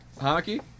Hockey